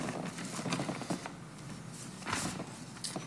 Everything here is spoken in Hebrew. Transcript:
אדוני היושב-ראש, מכובדיי השרים,